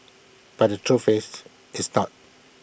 but the truth is it's not